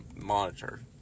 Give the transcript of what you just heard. monitor